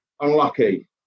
unlucky